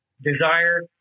desire